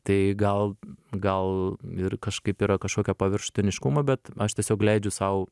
tai gal gal ir kažkaip yra kažkokio paviršutiniškumo bet aš tiesiog leidžiu sau